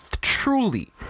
truly